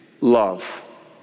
love